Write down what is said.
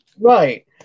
Right